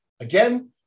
Again